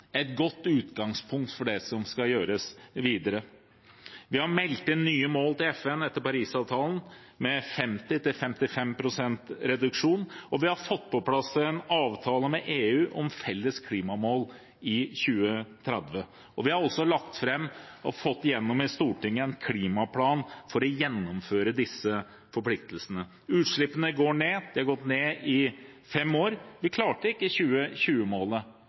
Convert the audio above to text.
et godt utgangspunkt for det som skal gjøres videre. Vi har meldt inn nye mål til FN etter Parisavtalen med 50–55 pst. reduksjon, og vi har fått på plass en avtale med EU om felles klimamål i 2030. Vi har også lagt fram og fått gjennom i Stortinget en klimaplan for å gjennomføre disse forpliktelsene. Utslippene går ned – de har gått ned i fem år. Vi klarte ikke